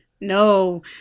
No